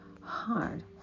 hard